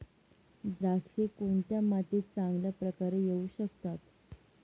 द्राक्षे कोणत्या मातीत चांगल्या प्रकारे येऊ शकतात?